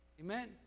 Amen